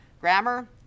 Grammar